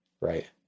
Right